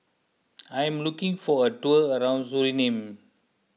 I am looking for a tour around Suriname